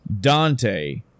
dante